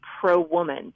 pro-woman